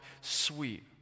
sweet